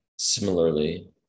similarly